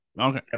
okay